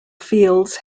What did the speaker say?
fields